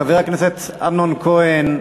חבר הכנסת אמנון כהן.